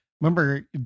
Remember